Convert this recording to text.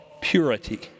purity